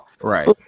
right